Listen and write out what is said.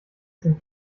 sind